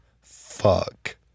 fuck